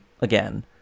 again